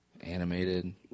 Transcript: Animated